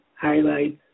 highlights